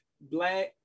Black